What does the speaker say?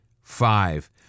Five